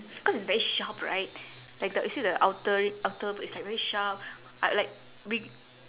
because it's very sharp right like the you see the outer r~ outer it's like very sharp like like we